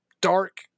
dark